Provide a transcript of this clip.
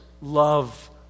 love